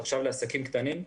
עכשיו לעסקים קטנים,